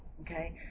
Okay